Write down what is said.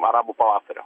arabų pavasario